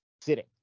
sitting